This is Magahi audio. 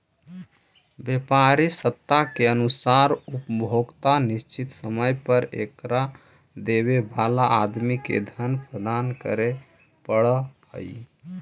व्यापारी शर्त के अनुसार उपभोक्ता निश्चित समय पर एकरा देवे वाला आदमी के धन प्रदान करे पड़ऽ हई